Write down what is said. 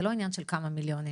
זה לא עניין של כמה מיליונים,